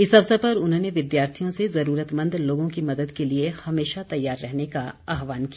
इस अवसर पर उन्होंने विद्यार्थियों से ज़रूरतमंद लोगों की मदद के लिए हमेशा तैयार रहने का आह्वान किया